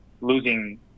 losing